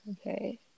okay